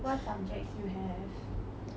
what subjects you have